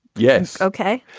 yes. ok.